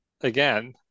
again